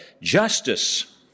justice